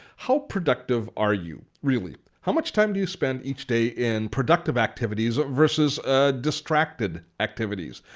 how productive are you, really? how much time do you spend each day in productive activities versus distracted activities?